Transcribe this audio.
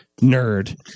nerd